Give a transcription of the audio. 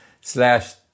slash